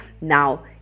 Now